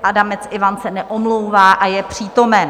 Adamec Ivan se neomlouvá a je přítomen.